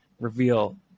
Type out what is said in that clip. reveal